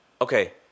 Okay